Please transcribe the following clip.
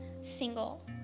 single